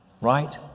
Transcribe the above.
Right